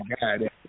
God